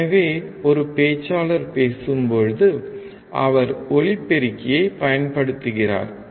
எனவே ஒரு பேச்சாளர் பேசும்போது அவர் ஒலிபெருக்கியை பயன்படுத்துகிறார்